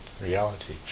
reality